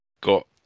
got